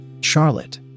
Charlotte